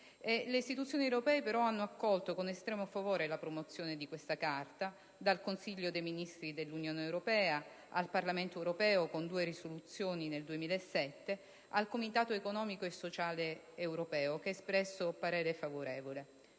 Le istituzioni europee hanno accolto con estremo favore la promozione di questa Carta: dal Consiglio dei Ministri dell'Unione europea al Parlamento europeo, con due risoluzioni del 2007, al Comitato economico e sociale europeo, che ha espresso parere favorevole.